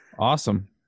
awesome